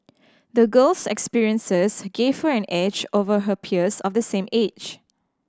the girl's experiences give her an edge over her peers of the same age